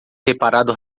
reparado